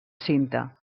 cinta